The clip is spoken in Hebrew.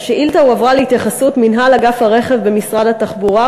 1. השאילתה הועברה להתייחסות מינהל אגף הרכב במשרד התחבורה,